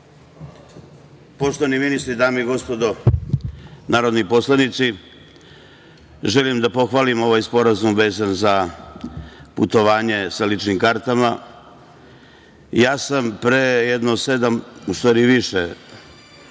Poštovani ministre, dame i gospodo narodni poslanici, želim da pohvalim ovaj sporazum vezan za putovanje sa ličnim kartama. Ja sam pre jedno sedam, u stvari i više,